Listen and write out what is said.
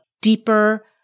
deeper